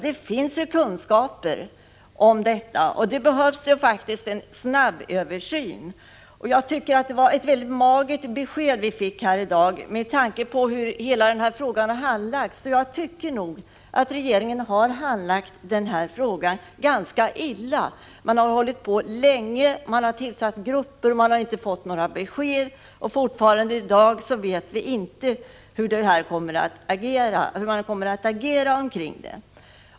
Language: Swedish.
Det finns kunskaper om detta. Det behövs faktiskt en snabb översyn. Det var ett väldigt magert besked vi fick i dag med tanke på hur frågan har handlagts. Jag tycker nog att regeringen handlagt frågan ganska illa. Man har hållit på länge, man har tillsatt arbetsgrupper, men vi har inte fått något besked. Ännu i dag vet vi inte hur man kommer att agera.